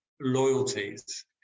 loyalties